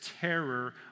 terror